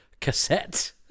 cassette